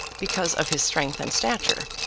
because of his strength and stature.